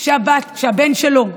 כי משרד הרווחה אטום בנושא.